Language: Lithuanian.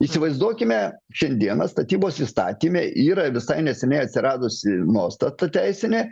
įsivaizduokime šiandieną statybos įstatyme yra visai neseniai atsiradusi nuostata teisinė